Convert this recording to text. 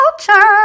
culture